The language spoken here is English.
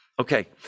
Okay